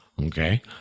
Okay